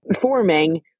forming